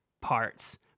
parts